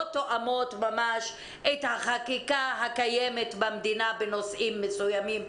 תואמות ממש את החקיקה הקיימת במדינה בנושאים מסוימים,